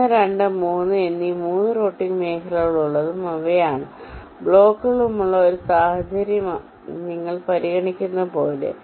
1 2 3 എന്നീ 3 റൂട്ടിംഗ് മേഖലകളുള്ളതും ഇവയാണ് ബ്ലോക്കുകളുമുള്ള ഒരു സാഹചര്യം നിങ്ങൾ പരിഗണിക്കുന്നത് പോലെ